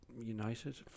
United